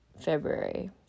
February